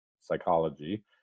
psychology